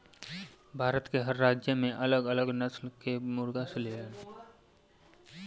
भारत के हर राज्य में अलग अलग नस्ल कअ मुर्गा मिलेलन